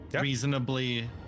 Reasonably